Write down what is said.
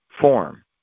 form